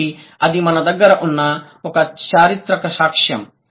కాబట్టి అది మన దగ్గర ఉన్న ఒక చారిత్రక సాక్ష్యం